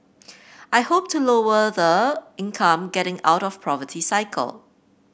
I hope to lower the income getting out of poverty cycle